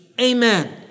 Amen